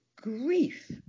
grief